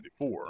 1994